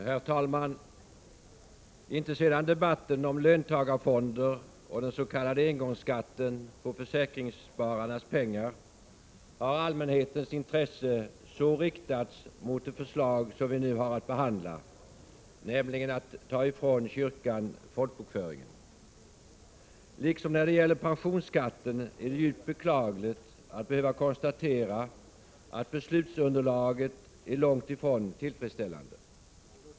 Herr talman! Inte sedan debatten om löntagarfonder och den s.k. engångsskatten på försäkringsspararnas pengar har allmänhetens intresse så riktats mot det förslag som vi nu har att behandla — nämligen att ta ifrån kyrkan folkbokföringen. Liksom när det gäller pensionsskatten är det djupt beklagligt att behöva konstatera att beslutsunderlaget är långt ifrån tillfredsställande.